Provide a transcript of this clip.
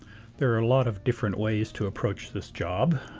there are a lot of different ways to approach this job.